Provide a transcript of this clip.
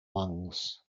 lungs